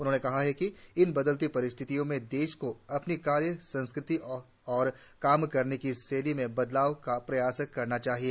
उन्होंने कहा कि इन बदलती परिस्थितियों में देश को अपनी कार्य संस्कृति और काम करने की शैली में बदलाव का प्रयास करना चाहिए